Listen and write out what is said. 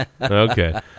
Okay